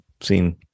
seen